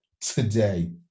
today